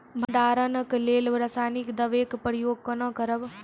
भंडारणक लेल रासायनिक दवेक प्रयोग कुना करव?